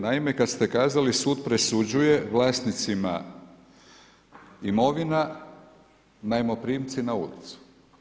Naime kada ste kazali sud presuđuje, vlasnicima imovina, najmoprimci na ulicu.